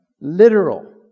literal